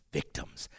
victims